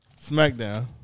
SmackDown